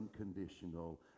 unconditional